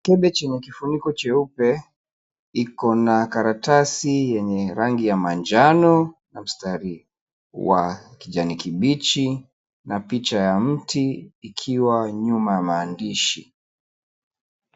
Mkebe wa kifuniko cheupe. Iko na karatasi yenye rangi ya manjano na mstari wa kijani kibichi na picha ya mti ikiwa nyuma ya maandishi.